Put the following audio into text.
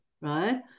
right